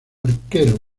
arquero